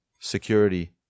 security